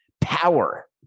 power